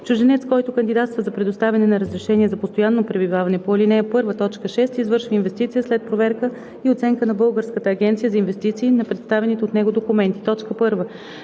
Чужденец, който кандидатства за предоставяне на разрешение за постоянно пребиваване по ал. 1, т. 6, извършва инвестиция след проверка и оценка от Българската агенция за инвестиции на представените от него документи: 1.